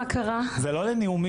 זה לא כדי לנאום,